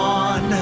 on